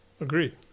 Agree